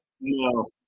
no